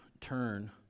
turn